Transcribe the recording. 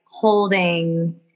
holding